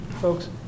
Folks